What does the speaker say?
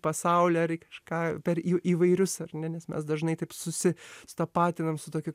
pasaulį ar į kažką per į įvairius ar ne nes mes dažnai taip susi sutapatinam su tokiu